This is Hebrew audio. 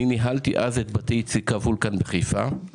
אני ניהלתי אז את בתי יציקה וולקן בחיפה,